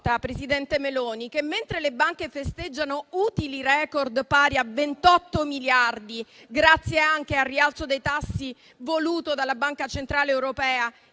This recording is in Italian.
presidente Meloni, che mentre le banche festeggiano utili *record* pari a 28 miliardi grazie anche al rialzo dei tassi voluto dalla Banca centrale europea,